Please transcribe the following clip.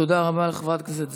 תודה רבה לחברת הכנסת זנדברג.